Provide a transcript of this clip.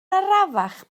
arafach